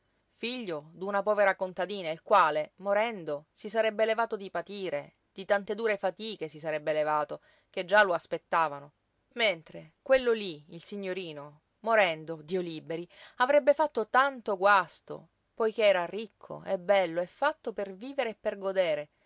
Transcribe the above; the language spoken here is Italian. figlio d'una povera contadina il quale morendo si sarebbe levato di patire di tante dure fatiche si sarebbe levato che già lo aspettavano mentre quello lí il signorino morendo dio liberi avrebbe fatto tanto guasto poiché era ricco e bello e fatto per vivere e per godere